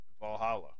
Valhalla